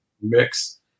mix